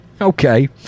Okay